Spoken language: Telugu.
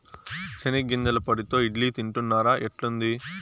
చెనిగ్గింజల పొడితో ఇడ్లీ తింటున్నారా, ఎట్లుంది